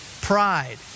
Pride